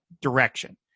direction